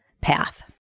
path